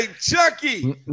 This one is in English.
Chucky